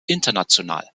international